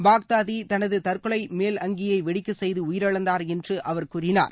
Baghdadi தனது தற்கொலை மேல் அங்கியை வெடிக்கச் செய்து உயிரிழந்தார் என்று அவர் கூறினார்